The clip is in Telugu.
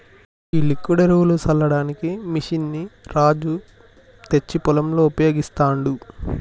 ఈ లిక్విడ్ ఎరువులు సల్లడానికి మెషిన్ ని రాజు తెచ్చి పొలంలో ఉపయోగిస్తాండు